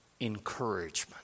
encouragement